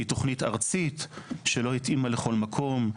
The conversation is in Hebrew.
היא תוכנית ארצית שלא התאימה לכל מקום,